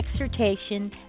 exhortation